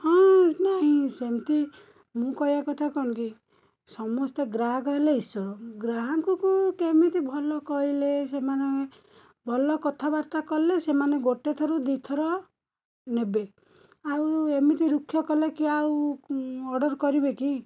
ହଁ ନାହିଁ ସେମିତି ମୁଁ କହିବା କଥା କ'ଣ କି ସମସ୍ତେ ଗ୍ରାହକ ହେଲେ ଇଶ୍ଵର ଗ୍ରାହକଙ୍କୁ କେମିତି ଭଲ କହିଲେ ସେମାନେ ଭଲ କଥାବାର୍ତ୍ତା କଲେ ସେମାନେ ଗୋଟେ ଥରୁ ଦୁଇଥର ନେବେ ଆଉ ଏମିତି ରୁକ୍ଷ କଲେ କିଏ ଆଉ ଅର୍ଡ଼ର କରିବେ କି